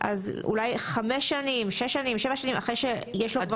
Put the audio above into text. אז אולי 5 שנים, 6 שנים, 7 שנים אחרי שיש לו כבר.